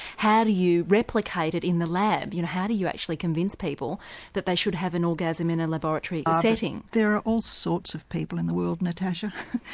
how do you replicate it in the lab? you know how do you actually convince people that they should have an orgasm in a laboratory setting? there are all sorts of people in the world, natasha.